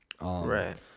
Right